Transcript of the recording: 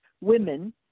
women